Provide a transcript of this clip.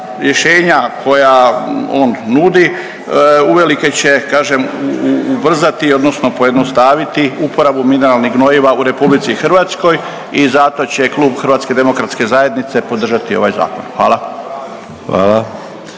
rješenja koja on nudi uvelike će ubrzati odnosno pojednostaviti uporabu mineralnih gnojiva u RH i zato će klub HDZ-a podržati ovaj zakon. Hvala.